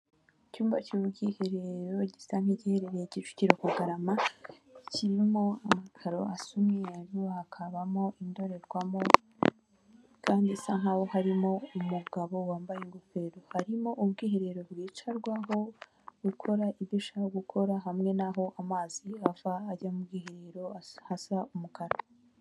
Icyumba cy'ubwiherero gisa nk'igiherereye Kicukiro kagarama kirimo amakaro asa umweru, hakabamo indorerwamo kandi isa nkaho harimo umugabo wambaye ingofero, harimo ubwiherero bwicarwaho ukora ibyo ushaka gukora, hamwe n'aho amazi ava ajya mu bwiherero hasa umukara.